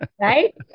Right